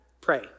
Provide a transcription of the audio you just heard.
pray